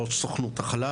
ראש סוכנות החלל